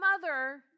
mother